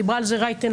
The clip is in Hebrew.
דיברה על זה רייטן,